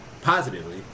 positively